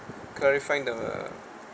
clarifying the